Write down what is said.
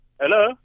hello